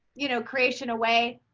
you know, creation away.